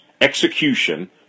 execution